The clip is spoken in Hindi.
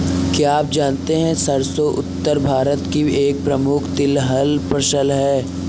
क्या आप जानते है सरसों उत्तर भारत की एक प्रमुख तिलहन फसल है?